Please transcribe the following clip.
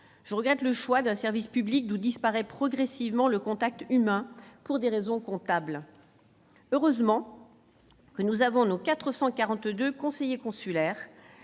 Je regrette le choix d'un service public d'où disparaît progressivement le contact humain, pour des raisons comptables. Heureusement, nous avons nos 442 conseillers consulaires,